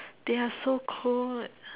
they are so cool